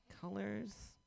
colors